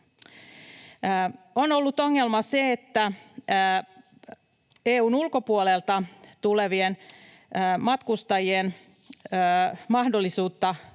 on ollut ongelma, että EU:n ulkopuolelta tulevilla matkustajilla ei ole mahdollisuutta käyttää